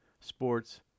sports